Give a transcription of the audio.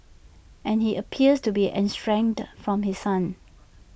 and he appears to be estranged from his son